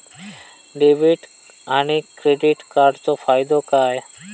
Debit आणि credit कार्डचो फायदो काय?